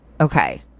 Okay